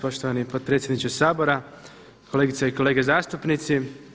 Poštovani potpredsjedniče Sabora, kolegice i kolege zastupnici.